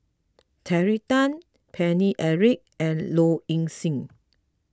Terry Tan Paine Eric and Low Ing Sing